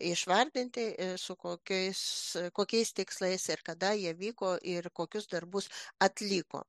išvardinti su kokiais kokiais tikslais ir kada jie vyko ir kokius darbus atliko